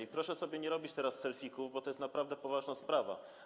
I proszę sobie nie robić teraz selfików, bo to jest naprawdę poważna sprawa.